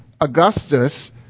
Augustus